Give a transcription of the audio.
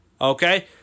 okay